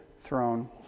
throne